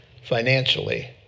financially